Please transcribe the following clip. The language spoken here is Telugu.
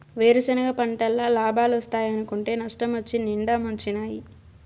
వేరుసెనగ పంటల్ల లాబాలోస్తాయనుకుంటే నష్టమొచ్చి నిండా ముంచినాయి